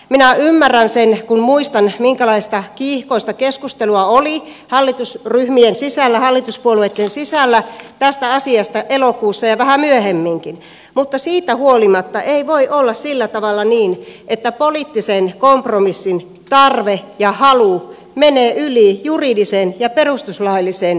minä ymmärrän sen kun muistan minkälaista kiihkoista keskustelua oli hallitusryhmien ja hallituspuolueitten sisällä tästä asiasta elokuussa ja vähän myöhemminkin mutta siitä huolimatta ei voi olla sillä tavalla että poliittisen kompromissin tarve ja halu menevät juridisen ja perustuslaillisen tarkastelun ohi